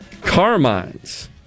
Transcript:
Carmine's